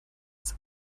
ist